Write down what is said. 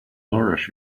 nourish